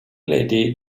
lady